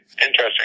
interesting